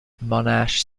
monash